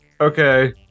Okay